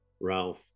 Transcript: Ralph